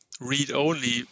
read-only